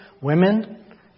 women